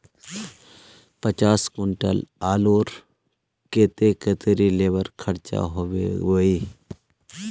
पचास कुंटल आलूर केते कतेरी लेबर खर्चा होबे बई?